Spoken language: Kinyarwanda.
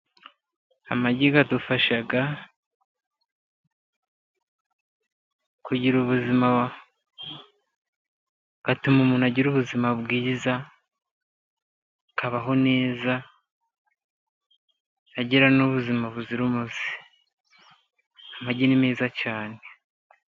Amagi adufasha kugira ubuzima, atuma agira ubuzima bwiza akabaho neza, agira n'ubuzima buzira umuze ,amagi ni meza cyane.